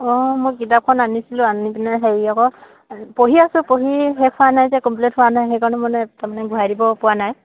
অঁ মই কিতাপখন আনিছিলোঁ আনি পিনে হেৰি আকৌ পঢ়ি আছোঁ পঢ়ি শেষ হোৱা নাই যে কমপ্লিট হোৱা নাই সেইকাৰণে মানে তাৰমানে ঘূৰাই দিব পোৱা নাই